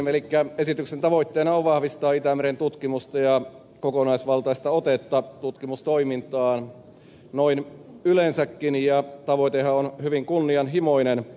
elikkä esityksen tavoitteena on vahvistaa itämeren tutkimusta ja kokonaisvaltaista otetta tutkimustoimintaan noin yleensäkin ja tavoitehan on hyvin kunnianhimoinen